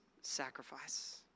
sacrifice